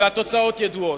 והתוצאות ידועות.